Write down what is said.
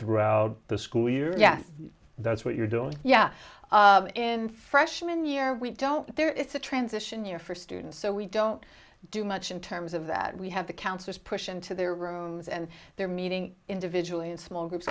throughout the school year yeah that's what you're doing yeah in freshman year we don't get there it's a transition year for students so we don't do much in terms of that we have the counselors push into their rooms and they're meeting individually in small groups